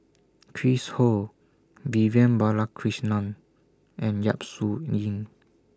Chris Ho Vivian Balakrishnan and Yap Su Yin